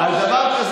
הייתה פה שאלה